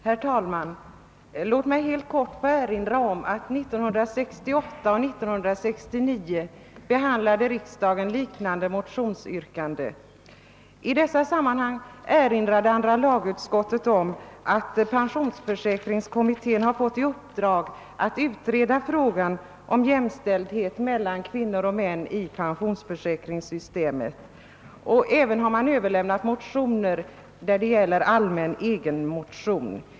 Herr talman! Låt mig helt kort få erinra om att riksdagen åren 1968 och 1969 behandlat liknande motionsyrkanden. Andra lagutskottet erinrar i detta utlåtande om att pensionsförsäkringskommittén har fått i uppdrag att utreda frågan om jämställdhet mellan kvinnor och män inom den allmänna pensioneringen och även fått till sig överlämnade motioner om en allmän egenpension.